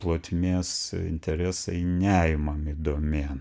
plotmės interesai neimami domėn